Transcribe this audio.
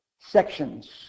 sections